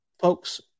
Folks